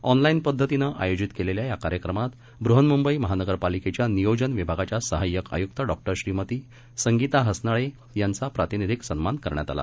ऑनलाईनपद्धतीनंआयोजितकेलेल्यायाकार्यक्रमातबहन्मुंबईमहानगरपालिकेच्यानियोजनविभागाच्यासहाय्यकआयुक्तडॉक्टरश्रीमतीसंगीता हसनाळेयांचाप्रातिनिधिकसन्मानकरण्यातआला